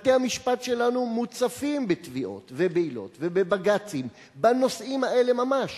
בתי-המשפט שלנו מוצפים בתביעות ובבג"צים בנושאים האלה ממש.